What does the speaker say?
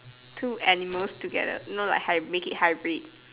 two animals together no like make it hybrid